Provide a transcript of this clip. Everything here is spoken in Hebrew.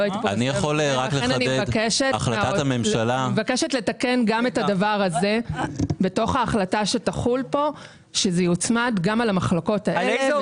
אני מבקשת לתקן את זה כך שזה יוצמד גם למחלקות האלו,